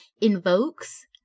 invokes